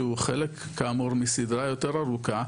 שהוא חלק כאמור מסדרה יותר ארוכה,